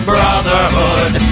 Brotherhood